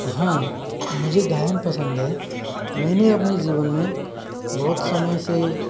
हाँ मुझे गायन पसंद है मैंने अपने जीवन में बहुत समय से